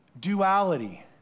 duality